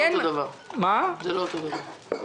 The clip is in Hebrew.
זה לא אותו דבר.